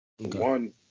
One